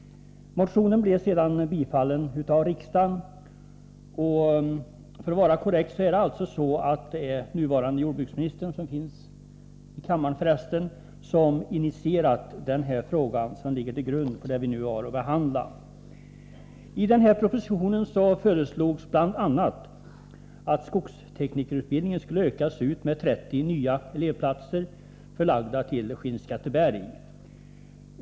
Motionen blev sedan bifallen av riksdagen. För att vara korrekt är det alltså den nuvarande jordbruksministern, som för resten finns i kammaren nu, som har initierat frågan.